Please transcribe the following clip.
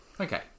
Okay